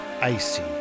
icy